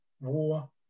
war